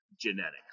genetics